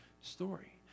story